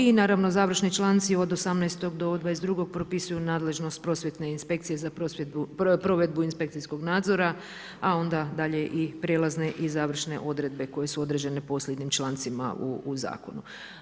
I naravno završni članci od 18. do 22. propisuju nadležnost prosvjetne inspekcije za provedbu inspekcijskog nadzora, a onda dalje i prijelazne i završne odredbe koje su određene posljednjim člancima u zakonu.